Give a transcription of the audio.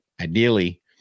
Ideally